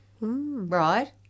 Right